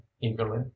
eagerly